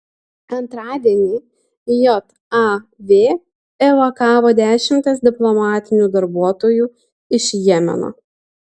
antradienį jav evakavo dešimtis diplomatinių darbuotojų iš jemeno